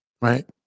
right